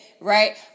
right